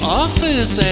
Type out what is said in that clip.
office